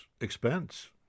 expense